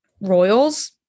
royals